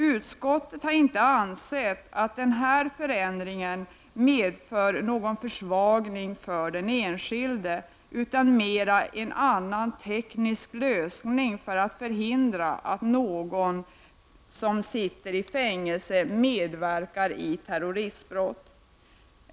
Utskottet har inte ansett att denna förändring medför någon försvagning för den enskilde, utan det är mera att se som en annan teknisk lösning för att förhindra att någon som sitter i fängelse medverkar till terroristbrott.